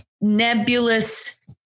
nebulous